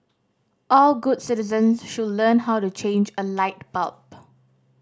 all good citizens should learn how to change a light bulb